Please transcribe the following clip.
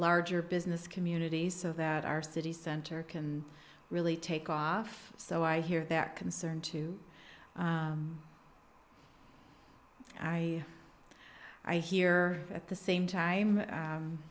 larger business community so that our city center can really take off so i hear that concern to i i here at the same time